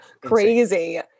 crazy